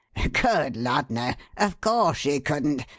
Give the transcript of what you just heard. good lud, no! of course she couldn't.